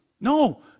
No